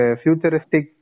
futuristic